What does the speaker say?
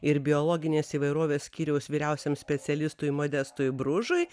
ir biologinės įvairovės skyriaus vyriausiam specialistui modestui bružui